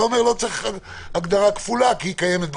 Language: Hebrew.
אתה אומר שלא צריך בכלל הגדרה כפולה כי היא קיימת בחוק.